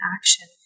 action